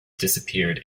disappeared